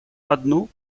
одну